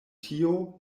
tio